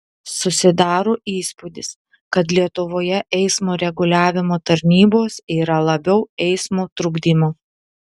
susidaro įspūdis kad lietuvoje eismo reguliavimo tarnybos yra labiau eismo trukdymo